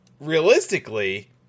realistically